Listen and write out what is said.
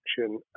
action